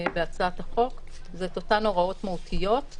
בהצעת החוק, זה את אותן הוראות מהותיות.